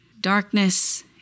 darkness